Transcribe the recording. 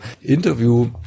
Interview